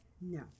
No